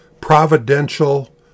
providential